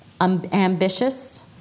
ambitious